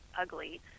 ugly